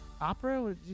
Opera